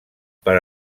per